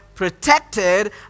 protected